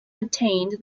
attained